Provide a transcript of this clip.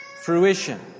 fruition